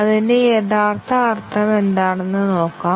അതിന്റെ യഥാർത്ഥ അർത്ഥം എന്താണെന്ന് നോക്കാം